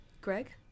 Greg